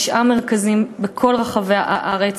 תשעה מרכזים בכל רחבי הארץ,